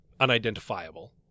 unidentifiable